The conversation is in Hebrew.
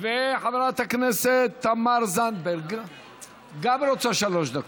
וגם חברת הכנסת תמר זנדברג רוצה שלוש דקות.